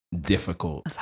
difficult